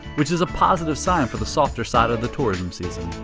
which is a positive sign for the softer side of the tourism season.